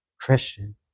Christian